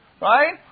Right